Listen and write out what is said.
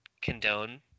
condone